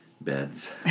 beds